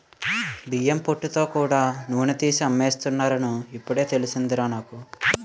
బియ్యం పొట్టుతో కూడా నూనె తీసి అమ్మేస్తున్నారని ఇప్పుడే తెలిసిందిరా నాకు